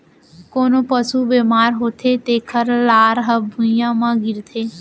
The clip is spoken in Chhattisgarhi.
कोनों पसु बेमार होथे तेकर लार ह भुइयां म गिरथे